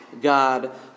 God